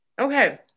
okay